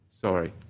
sorry